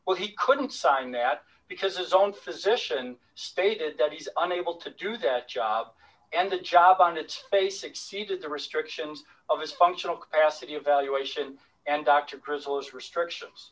well he couldn't sign that because his own physician stated that he is unable to do that job and the job on its face exceeded the restrictions of his functional capacity evaluation and dr chrysalis restrictions